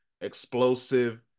explosive